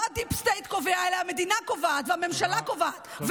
לא הדיפ-סטייט קובע אלא המדינה קובעת והממשלה קובעת,